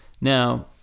Now